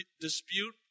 dispute